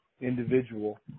individual